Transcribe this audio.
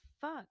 fuck